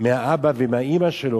מהאבא ומהאמא שלו,